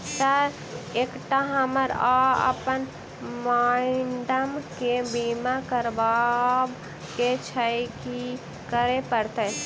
Sir एकटा हमरा आ अप्पन माइडम केँ बीमा करबाक केँ छैय की करऽ परतै?